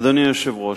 אדוני היושב-ראש,